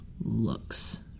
looks